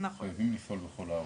חייבים לפעול בכל הערוצים.